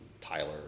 Tyler